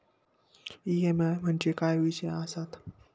EMI म्हणजे काय विषय आसता?